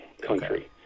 country